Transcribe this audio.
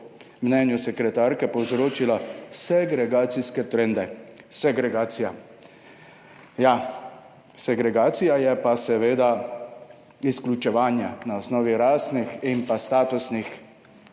mnenju sekretarke povzročila segregacijske trende. Segregacija. Ja, segregacija je pa seveda izključevanje na osnovi rasnih in pa statusnih